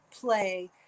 play